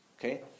Okay